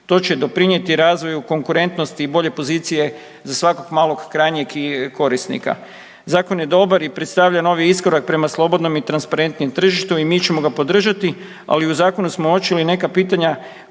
To će doprijeti razvoju konkurentnosti i bolje pozicije za svakog malog krajnjeg korisnika. Zakon je dobar i predstavlja novi iskorak prema slobodnom i transparentnijem tržištu i mi ćemo ga podržati, ali u zakonu smo uočili neka pitanja